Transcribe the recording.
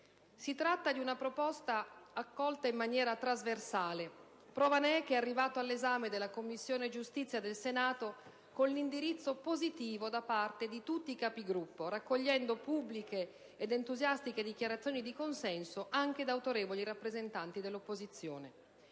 Si tratta di una proposta accolta in maniera trasversale; prova ne è che è arrivato all'esame della Commissione giustizia del Senato con l'indirizzo positivo da parte di tutti i Capigruppo, raccogliendo pubbliche ed entusiastiche dichiarazioni di consenso anche da autorevoli rappresentanti dell'opposizione.